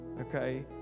okay